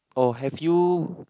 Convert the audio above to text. oh have you